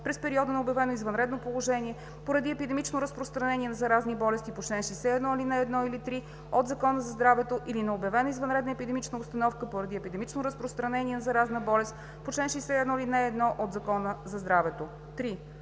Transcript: през периода на обявено извънредно положение поради епидемично разпространение на заразни болести по чл. 61, ал. 1 или 3 от Закона за здравето или на обявена извънредна епидемична обстановка поради епидемично разпространение на заразна болест по чл. 61, ал. 1 от Закона за здравето. 3.